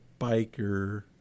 biker